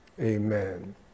Amen